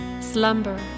Slumber